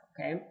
Okay